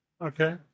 Okay